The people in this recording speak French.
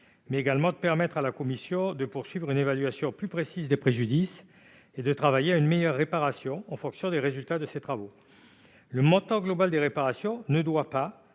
mais de permettre à la commission de poursuivre une évaluation plus précise des préjudices et de travailler à une meilleure réparation en fonction des résultats de ses travaux. Le montant global des réparations doit en